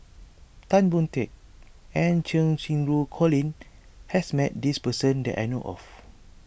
Tan Boon Teik and Cheng Xinru Colin has met this person that I know of